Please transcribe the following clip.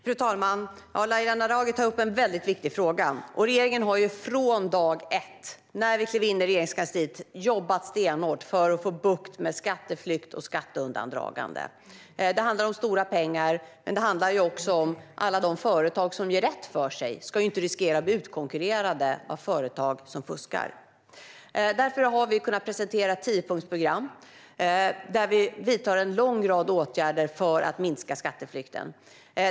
Fru talman! Laila Naraghi tar upp en mycket viktig fråga. Regeringen har från dag ett när vi klev in i Regeringskansliet jobbat stenhårt för att få bukt med skatteflykt och skatteundandragande. Det handlar om stora pengar. Men det handlar också om att alla de företag som gör rätt för sig inte ska riskera att bli utkonkurrerade av företag som fuskar. Därför har vi presenterat ett tiopunktsprogram för att vidta en lång rad åtgärder för att minska skatteflykten.